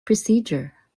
procedure